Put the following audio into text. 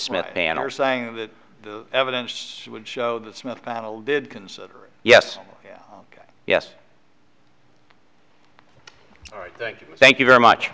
matter and are saying that the evidence would show that smith panel did consider yes ok yes all right thank you thank you very much